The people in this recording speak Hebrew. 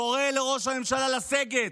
קורא לראש הממשלה לסגת,